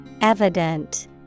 Evident